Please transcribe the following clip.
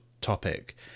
topic